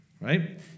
right